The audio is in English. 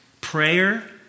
Prayer